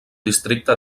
districte